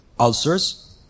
ulcers